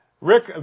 Rick